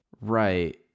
Right